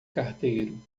carteiro